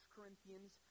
Corinthians